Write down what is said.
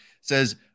says